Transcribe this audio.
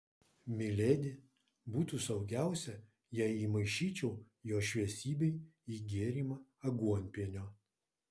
miledi būtų saugiausia jei įmaišyčiau jo šviesybei į gėrimą aguonpienio